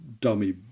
dummy